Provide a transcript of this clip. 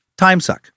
timesuck